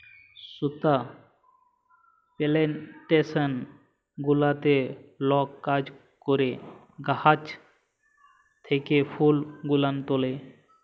সুতা পেলেনটেসন গুলাতে লক কাজ ক্যরে গাহাচ থ্যাকে ফুল গুলান তুলে